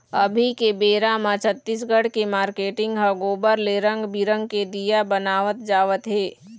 अभी के बेरा म छत्तीसगढ़ के मारकेटिंग ह गोबर ले रंग बिंरग के दीया बनवात जावत हे